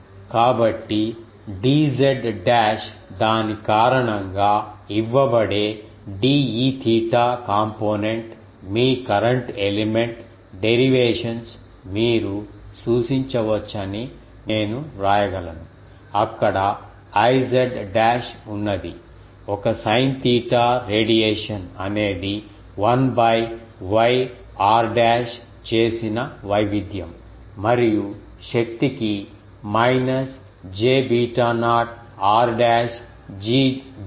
కాబట్టి dz dash దాని కారణంగా ఇవ్వబడే dEθ కాంపోనెంట్ మీ కరెంట్ ఎలిమెంట్ డేరివేషన్స్ మీరు సూచించవచ్చని నేను వ్రాయగలను అక్కడ I డాష్ ఉన్నది ఒక sin తీటా రేడియేషన్ అనేది 1 బై y r డాష్ చేసిన వైవిధ్యం మరియు శక్తికి minus j beta naught r dash dz dash